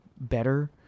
better